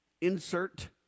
insert